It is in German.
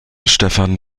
stefan